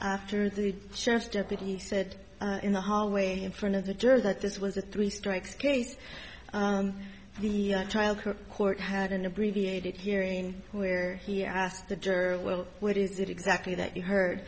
after the sheriff's deputy said in the hallway in front of the jurors that this was a three strikes case the trial court court had an abbreviated hearing where he asked the girl well what is it exactly that you heard